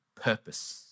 Purpose